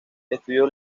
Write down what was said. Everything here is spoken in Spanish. estudió